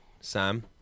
Sam